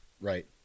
Right